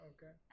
Okay